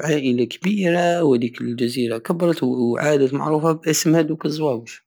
عائلة كبيرة وهاديك الجزيرة كبرت ولات معروفة باسم هادوك الزواوش